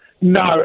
No